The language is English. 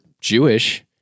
Jewish